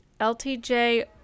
LTJ